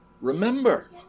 Remember